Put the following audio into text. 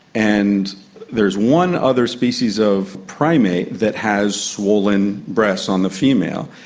and there's one other species of primate that has swollen breasts on the female.